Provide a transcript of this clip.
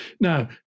Now